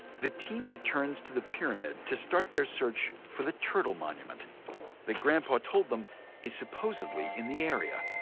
the team returns to the pyramid to start their search for the turtle monument that grandpa told them is supposedly in the area.